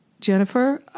Jennifer